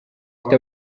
afite